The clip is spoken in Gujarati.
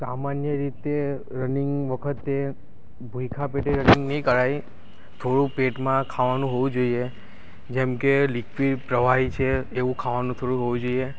સામાન્ય રીતે રનિંગ વખતે ભૂખ્યાં પેટે રનિંગ નહીં કરાય થોડું પેટમાં ખાવાનું હોવું જોઈએ જેમકે લિક્વિડ પ્રવાહી છે એવું ખાવાનું થોડું હોવું જોઈએ